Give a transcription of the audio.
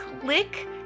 click